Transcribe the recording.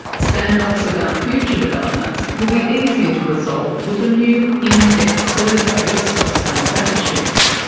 stand offs about future developments will be easier to resolve with a new in-depth survey of scottsdale's attitudes.